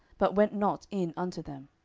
but went not in unto them.